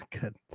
Good